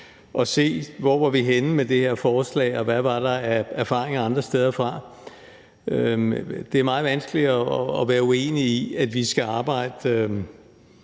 at se, hvor vi var henne med det her forslag, og hvad der var af erfaringer andre steder fra. Det er meget vanskeligt at være uenig i, at vi i højere